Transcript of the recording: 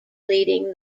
leading